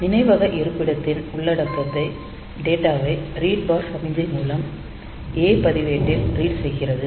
நினைவக இருப்பிடத்தின் உள்ளடக்க டேட்டா ஐ ரீட் பார் சமிக்ஞை மூலம் A பதிவேட்டில் ரீட் செய்கிறது